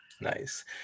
Nice